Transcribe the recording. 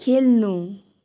खेल्नु